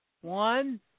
One